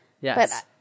Yes